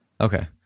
Okay